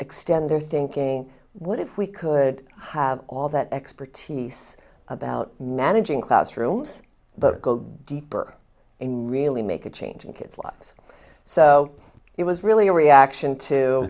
extend their thinking what if we could have all that expertise about managing classrooms but go deeper in really make a change in kids lives so it was really a reaction to